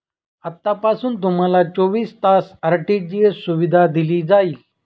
आतापासून तुम्हाला चोवीस तास आर.टी.जी.एस सुविधा दिली जाईल